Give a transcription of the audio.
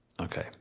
Okay